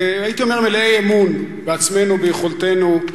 הייתי אומר, מלאי אמון בעצמנו, ביכולתנו.